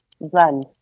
Blend